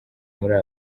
muri